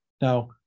Now